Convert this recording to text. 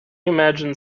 imagine